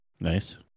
Nice